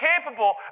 capable